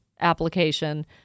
application